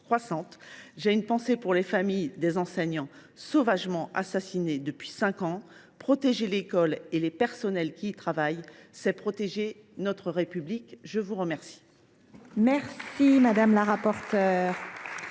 une pensée pour les familles des enseignants sauvagement assassinés depuis cinq ans. Protéger l’école, et les personnels qui y travaillent, c’est protéger notre République. La parole